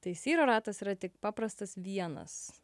tai syro ratas yra tik paprastas vienas